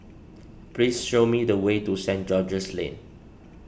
please show me the way to Saint George's Lane